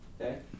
Okay